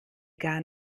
gar